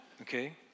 okay